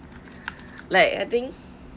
like I think